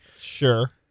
Sure